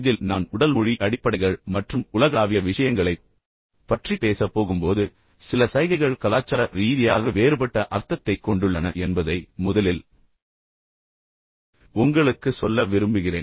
இதில் நான் உடல் மொழி அடிப்படைகள் மற்றும் உலகளாவிய விஷயங்களைப் பற்றி பேசப் போகும்போது சில சைகைகள் கலாச்சார ரீதியாக வேறுபட்ட அர்த்தத்தைக் கொண்டுள்ளன என்பதை முதலில் உங்களுக்குச் சொல்ல விரும்புகிறேன்